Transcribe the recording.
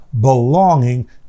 belonging